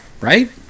right